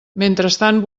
mentrestant